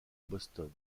boston